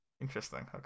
Interesting